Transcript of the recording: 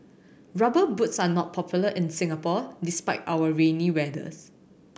Rubber Boots are not popular in Singapore despite our rainy weathers